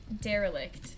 Derelict